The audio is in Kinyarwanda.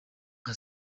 nka